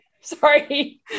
sorry